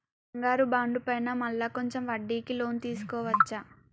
బంగారు బాండు పైన మళ్ళా కొంచెం వడ్డీకి లోన్ తీసుకోవచ్చా?